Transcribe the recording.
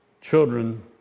children